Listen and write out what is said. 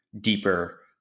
deeper